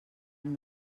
amb